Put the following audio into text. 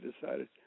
decided